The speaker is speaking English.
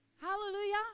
Hallelujah